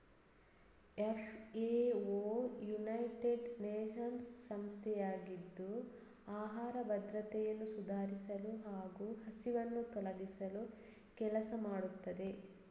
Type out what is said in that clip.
FAO United Nations ಸಂಸ್ಥೆಯಾಗಿದ್ದು ಆಹಾರ ಭದ್ರತೆಯನ್ನು ಸುಧಾರಿಸಲು ಹಾಗೂ ಹಸಿವನ್ನು ತೊಲಗಿಸಲು ಕೆಲಸ ಮಾಡುತ್ತದೆ